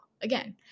again